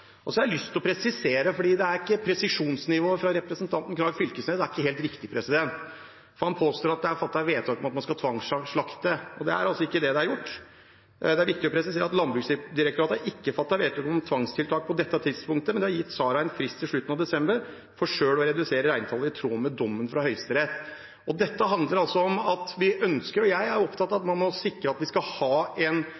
opp. Så har jeg lyst til å presisere, for presisjonsnivået til representanten Knag Fylkesnes er ikke helt riktig: Han påstår at det er fattet vedtak om at man skal tvangsslakte. Det er ikke det som er gjort. Det er viktig å presisere at Landbruksdirektoratet ikke har fattet vedtak om tvangstiltak på dette tidspunktet, men de har gitt Sara en frist til slutten av desember for selv å redusere reintallet i tråd med dommen fra Høyesterett. Dette handler om at vi ønsker og er opptatt av